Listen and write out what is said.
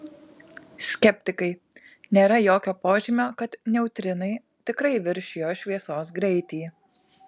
skeptikai nėra jokio požymio kad neutrinai tikrai viršijo šviesos greitį